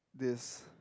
this